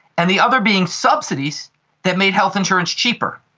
and the other being subsidies that made health insurance cheaper.